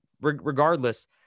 Regardless